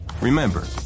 Remember